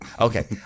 okay